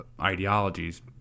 ideologies